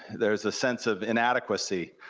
there's a sense of inadequacy,